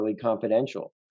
confidential